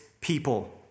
people